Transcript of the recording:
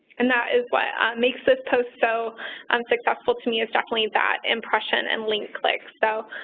and that is what makes this post so um successful to me is definitely that impression and link clicks. so,